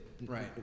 Right